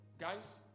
guys